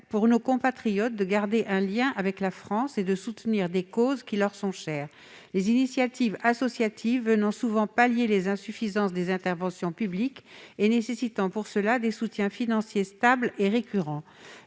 à nos compatriotes de garder un lien avec la France et de soutenir des causes qui leur sont chères, les initiatives associatives venant souvent pallier l'insuffisance des interventions publiques et nécessitant pour cette raison des soutiens financiers stables et récurrents.